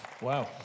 Wow